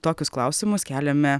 tokius klausimus keliame